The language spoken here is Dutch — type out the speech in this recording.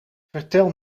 vertel